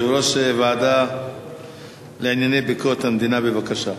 יושב-ראש הוועדה לענייני ביקורת המדינה, בבקשה.